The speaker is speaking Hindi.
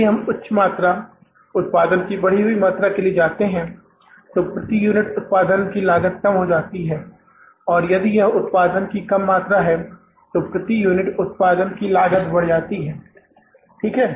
यदि हम उच्च मात्रा उत्पादन की बढ़ी हुई मात्रा के लिए जाते हैं तो प्रति यूनिट उत्पादन की लागत कम हो जाती है और यदि यह उत्पादन की कम मात्रा है तो प्रति यूनिट उत्पादन की लागत बढ़ जाती है ठीक है